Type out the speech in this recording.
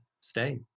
stay